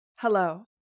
Hello